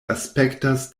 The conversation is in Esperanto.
aspektas